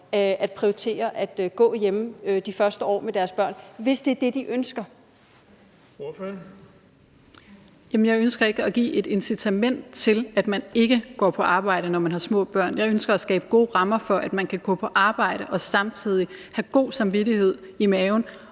(Erling Bonnesen): Ordføreren. Kl. 18:50 Anne Sophie Callesen (RV): Jamen jeg ønsker ikke at give et incitament til, at man ikke går på arbejde, når man har små børn. Jeg ønsker at skabe gode rammer for, at man kan gå på arbejde og samtidig have god samvittighed, en